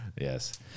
Yes